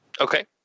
Okay